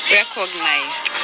recognized